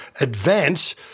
Advance